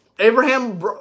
Abraham